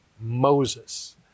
Moses